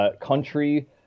country